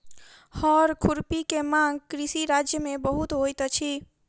हअर खुरपी के मांग कृषि राज्य में बहुत होइत अछि